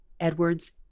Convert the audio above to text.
Edwards